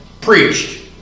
preached